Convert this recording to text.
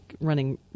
running